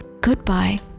Goodbye